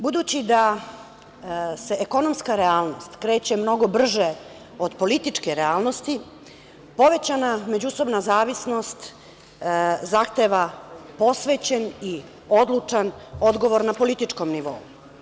Budući da se ekonomska realnost kreće mnogo brže od političke realnosti, povećana međusobna zavisnost zahteva posvećen i odlučan odgovor na političkom nivou.